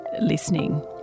listening